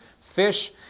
fish